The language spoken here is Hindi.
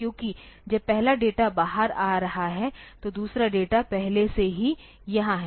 क्योंकि जब पहला डेटा बाहर आ रहा है तो दूसरा डेटा पहले से ही यहाँ है